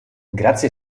grazie